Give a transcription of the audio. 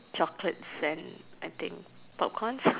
chocolates and I think popcorn